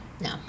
No